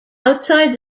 outside